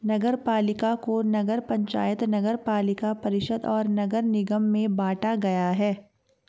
नगरपालिका को नगर पंचायत, नगरपालिका परिषद और नगर निगम में बांटा गया है